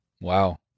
Wow